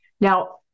Now